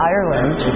Ireland